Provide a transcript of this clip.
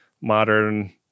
modern